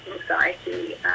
anxiety